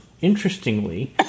interestingly